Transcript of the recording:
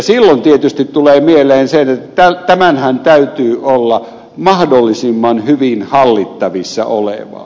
silloin tietysti tulee mieleen se että tämänhän täytyy olla mahdollisimman hyvin hallittavissa olevaa